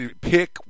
pick